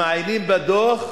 תקני.